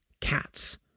cats